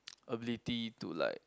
ability to like